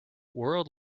world